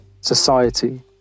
society